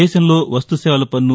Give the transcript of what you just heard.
దేశంలో వస్తు సేవల వన్ను